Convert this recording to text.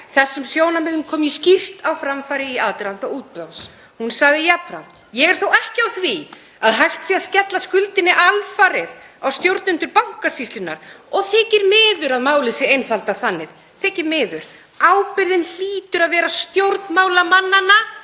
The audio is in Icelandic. Þessum sjónarmiðum kom ég skýrt á framfæri í aðdraganda útboðs. Hún sagði jafnframt: „Ég er þó ekki á því að hægt sé að skella skuldinni alfarið á stjórnendur Bankasýslunnar og þykir miður að málið sé einfaldað þannig. Ábyrgðin hlýtur að vera stjórnmálamannanna